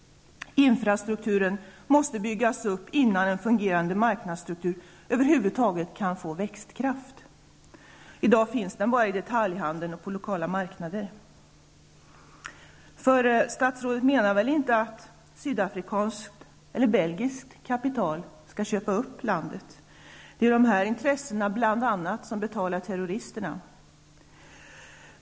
Infrastrukturen måste byggas upp innan en fungerande marknadsstruktur över huvud taget kan få växtkraft. I dag finns den bara i detaljhandeln och på lokala marknader. Statsrådet menar väl inte att sydafrikanskt eller belgiskt kapital skall köpa upp landet? Det är bl.a. dessa intressen som betalar terroristerna.